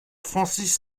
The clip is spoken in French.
francis